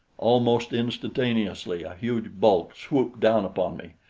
almost instantaneously a huge bulk swooped down upon me,